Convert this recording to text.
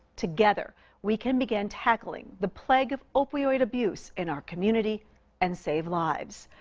together we can begin tackling the plague of opioid abuse in our community and save lives.